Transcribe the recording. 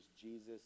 Jesus